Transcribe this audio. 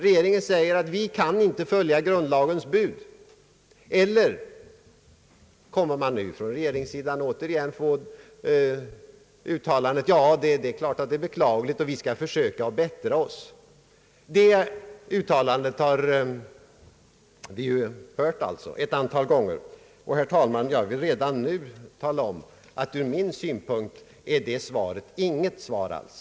Kommer man nu att från regeringens sida åter få höra utatlandet: Det är naturligtvis beklagligt, vi skall försöka att bättra oss. Detta yttrande har vi hört ett antal gånger. Herr talman! Jag anser inte att det är något svar alls.